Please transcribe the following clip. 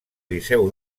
liceu